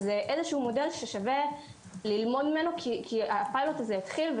זה מודל ששווה ללמוד ממנו כי הפיילוט הזה התחיל.